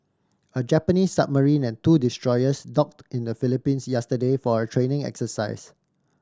a Japanese submarine and two destroyers docked in the Philippines yesterday for a training exercise